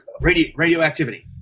radioactivity